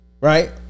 right